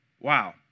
Wow